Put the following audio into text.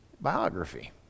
biography